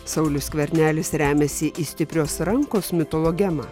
saulius skvernelis remiasi į stiprios rankos mitologemą